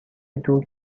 دوگ